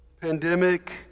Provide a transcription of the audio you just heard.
pandemic